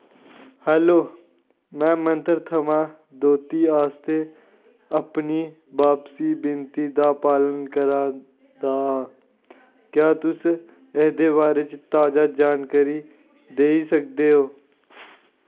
hello में मंत्र थमां धोती आस्तै अपनी बापसी विनती दा पालन करा दा आं क्या तुस एह्दे बारे च ताजा जानकारी देई सकदे ओ